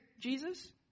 Jesus